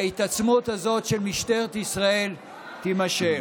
וההתעצמות הזאת של משטרת ישראל תימשך.